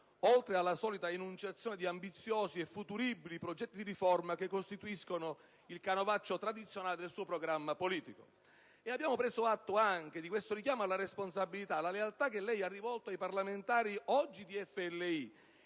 oltre alla solita enunciazione di ambiziosi e futuribili progetti di riforma, che costituiscono il canovaccio tradizionale del suo programma politico. Abbiamo anche preso atto di questo richiamo alla responsabilità e alla lealtà che lei ha rivolto ai parlamentari, oggi di FLI